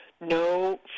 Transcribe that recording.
no